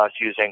using